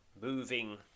Moving